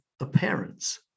appearance